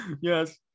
yes